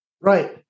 Right